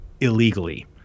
illegally